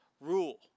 rule